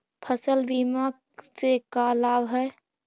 फसल बीमा से का लाभ है?